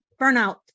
Burnout